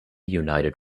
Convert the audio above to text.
united